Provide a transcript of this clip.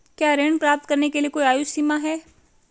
क्या ऋण प्राप्त करने के लिए कोई आयु सीमा है?